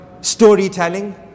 storytelling